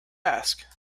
ask